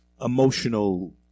Emotional